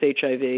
HIV